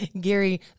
Gary